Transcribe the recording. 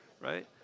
right